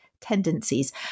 tendencies